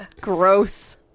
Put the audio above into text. Gross